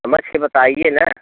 समझ के बताइए ना